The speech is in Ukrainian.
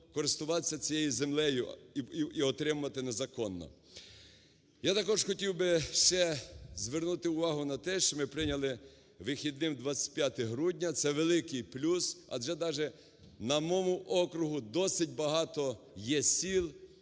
користуватись цією землею і отримувати незаконно. Я також хотів би ще звернути увагу на те, що ми прийняли вихідним 25 грудня – це великий плюс, адже даже на моєму кругу досить багато є сіл,